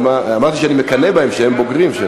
אמרתי שאני מקנא בהם שהם בוגרים.